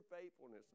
faithfulness